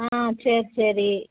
ஆ சரி சரி